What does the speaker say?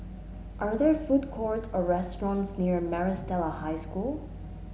are there food courts or restaurants near Maris Stella High School